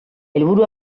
helburu